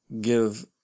give